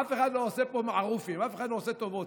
אף אחד לא עושה פה מערופים, אף אחד לא עושה טובות.